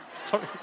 Sorry